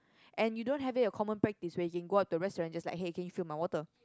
and you don't have it a common practice where you can go up to a restaurant and just like hey can you fill my water